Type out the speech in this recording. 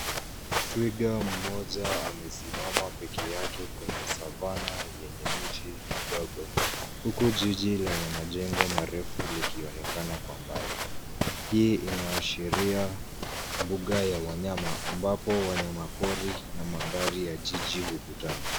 Twiga moja amesimama pekee yake kwenye Savanna enye mji mdogo huku jiji lenye majengo refu likionekana kwa mbali. Hii inaashiria mbuga ya wanyama ambapo wanyama pori maandari ya jiji ukutana.